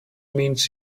means